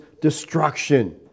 destruction